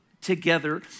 together